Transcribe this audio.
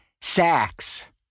Sax